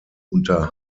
unter